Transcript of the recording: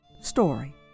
Story